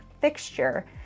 fixture